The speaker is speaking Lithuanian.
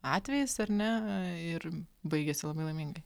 atvejis ar ne ir baigiasi labai laimingai